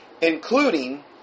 including